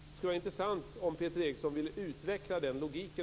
Det skulle vara intressant om Peter Eriksson något ville utveckla den logiken.